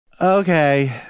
Okay